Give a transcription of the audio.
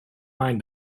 mind